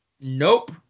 Nope